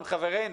הם חברינו,